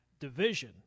division